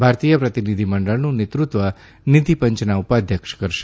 ભારતીય પ્રતિનિધિમંડળનું નેતૃત્વ નીતિપંચના ઉપાધ્યક્ષ કરશે